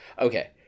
okay